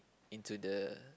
into the